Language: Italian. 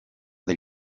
del